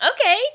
Okay